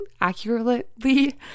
accurately